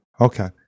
okay